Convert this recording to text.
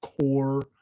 core